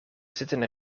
zitten